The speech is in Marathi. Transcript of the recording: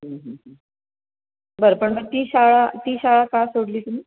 बरं पण मग ती शाळा ती शाळा का सोडली तुम्ही